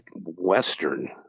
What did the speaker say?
Western